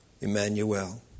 Emmanuel